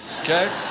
okay